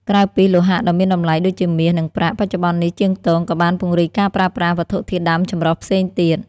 ក្រៅពីលោហៈដ៏មានតម្លៃដូចជាមាស និងប្រាក់ បច្ចុប្បន្ននេះជាងទងក៏បានពង្រីកការប្រើប្រាស់ វត្ថុធាតុដើមចម្រុះ ផ្សេងទៀត។